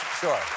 sure